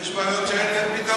יש בעיות שאין להן פתרון.